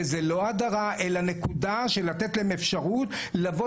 וזה לא הדרה אלא נקודה של לתת להם אפשרות לבוא